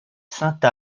sainte